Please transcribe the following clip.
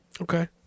Okay